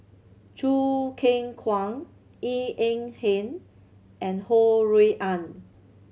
Choo Keng Kwang Eng Ng Hen and Ho Rui An